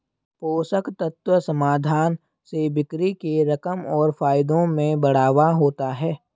पोषक तत्व समाधान से बिक्री के रकम और फायदों में बढ़ावा होता है